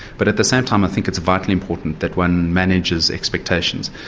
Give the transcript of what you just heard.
but at the same time i think it's vitally important that one manages expectations,